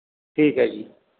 ਠੀਕ ਹੈ ਜੀ